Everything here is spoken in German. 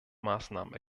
maßnahmen